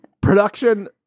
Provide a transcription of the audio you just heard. production